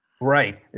right